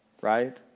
Right